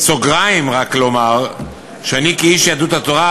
בסוגריים רק לומר שאני כאיש יהדות התורה